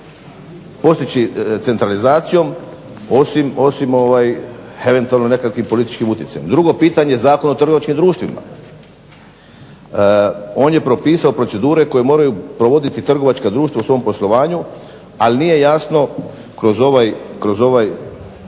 postići centralizacijom osim eventualnom nekakvim političkim utjecajem. Drugo pitanje, Zakon o trgovačkim društvima. On je propisao procedure koje moraju provoditi trgovačka društva u svom poslovanju, ali nije jasno kroz ovaj